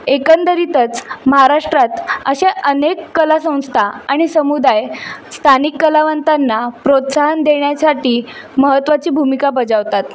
एकंदरीतच महाराष्ट्रात असे अनेक कला संस्था आणि समुदाय स्थानिक कलावंतांना प्रोत्साहन देण्यासाठी महत्त्वाची भूमिका बजावतात